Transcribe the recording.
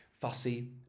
Fussy